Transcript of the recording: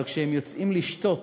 אבל כשהם יוצאים לשתות